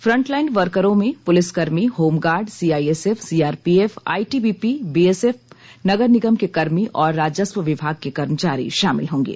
front line वर्करों में पुलसिकर्मी home guard CISF CRPF ITBP BSF नगर निगम के कर्मी और राजस्व विभाग के कर्मचारी शामिल होंगे